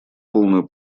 полную